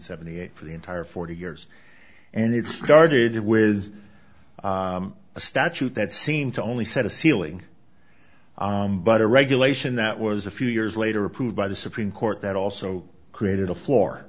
seventy eight for the entire forty years and it started with a statute that seemed to only set a ceiling but a regulation that was a few years later approved by the supreme court that also created a floor